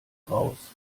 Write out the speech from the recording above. raus